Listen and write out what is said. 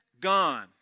gone